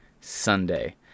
Sunday